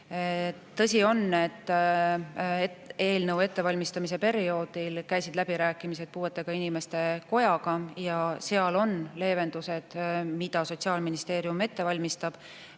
Tõsi on, et eelnõu ettevalmistamise perioodil käisid läbirääkimised puuetega inimeste kojaga ja seal on leevendused, mida Sotsiaalministeerium ette valmistab,